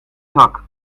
zak